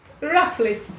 Roughly